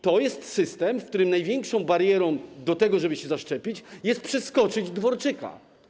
To jest system, w którym największą barierą do tego, żeby się zaszczepić, jest przeskoczyć Dworczyka.